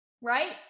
right